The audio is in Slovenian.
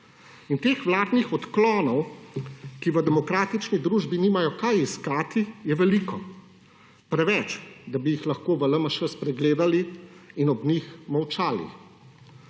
In teh vladnih odklonov, ki v demokratični družbi nimajo kaj iskati, je veliko. Preveč, da bi jih lahko v LMŠ spregledali in ob njih molčali.